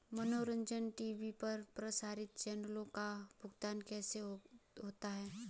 मनोरंजन टी.वी पर प्रसारित चैनलों का भुगतान कैसे होता है?